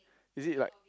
is it like